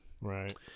Right